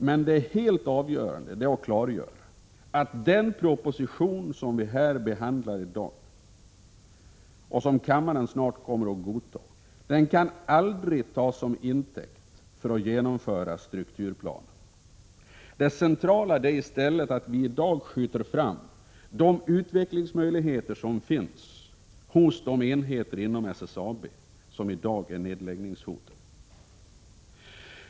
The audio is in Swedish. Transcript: Men det helt avgörande är att klargöra att den proposition som vi i dag behandlar och kammaren snart kommer att godta aldrig kan få tas som intäkt för att genomföra strukturplanen. Det centrala är att vi skjuter fram de utvecklingsmöjligheter som finns hos de enheter inom SSAB som i dag är nedläggningshotade.